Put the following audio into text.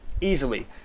easily